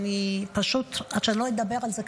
ועד שאני לא אדבר על זה,